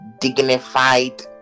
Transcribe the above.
dignified